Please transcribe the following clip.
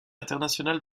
internationale